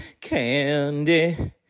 candy